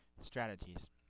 strategies